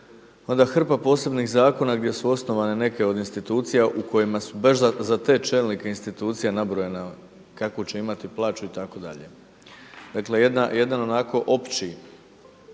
hrpa posebnih zakona gdje su osnovane neke od institucija u kojima su baš za te čelnike institucija nabrajana kakvu će imati plaću itd.. Dakle jedan onako opći,